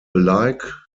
alike